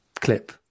clip